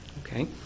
Okay